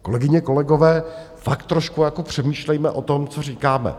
Kolegyně, kolegové, tak trošku přemýšlejme o tom, co říkáme.